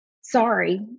sorry